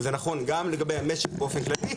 וזה נכון גם לגבי המשק באופן כללי,